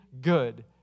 good